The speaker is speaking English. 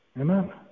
Amen